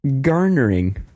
garnering